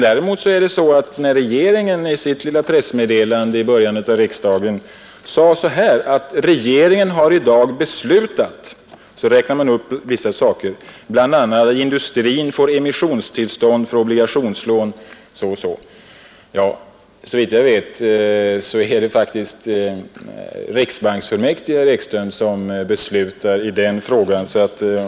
Däremot sade regeringen i sitt lilla pressmeddelande i början av riksdagen att regeringen hade beslutat bl.a. att industrin får emissionstillstånd för obligationslån. Så vitt jag vet är det faktiskt riksbanksfullmäktige, herr Ekström, som beslutar i den frågan.